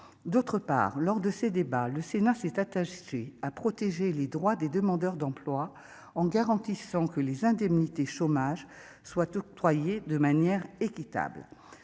d'autre part, lors de ces débats, le Sénat s'est attaché à protéger les droits des demandeurs d'emploi en garantissant que les indemnités chômage soit octroyé de manière équitable,